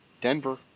Denver